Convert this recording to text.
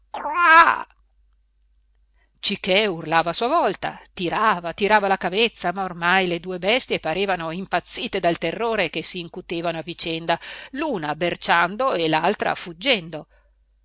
cichè urlava a sua volta tirava tirava la cavezza ma ormai le due bestie parevano impazzite dal terrore che si incutevano a vicenda l'una berciando e l'altra fuggendo